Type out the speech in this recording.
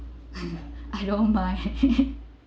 I don't mind